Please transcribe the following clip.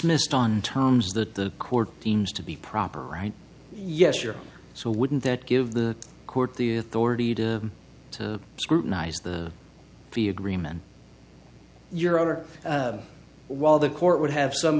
missed on terms that the court deems to be proper right yes you're so wouldn't that give the court the authority to scrutinize the fee agreement your honor while the court would have some